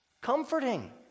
comforting